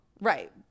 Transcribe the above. Right